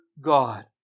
God